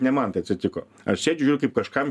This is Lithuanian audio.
ne man tai atsitiko aš sėdžiu žiūriu kaip kažkam